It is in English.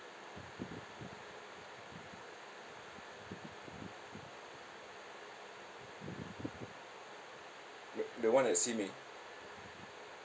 the the one at simei